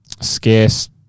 scarce